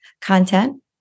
content